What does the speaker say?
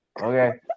Okay